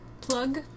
plug